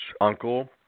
uncle